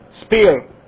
spear